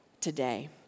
today